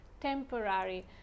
temporary